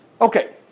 Okay